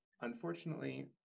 Unfortunately